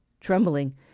Trembling